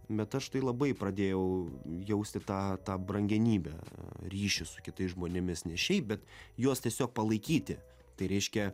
bet aš tai labai pradėjau jausti tą tą brangenybę ryšį su kitais žmonėmis ne šiaip bet juos tiesiog palaikyti tai reiškia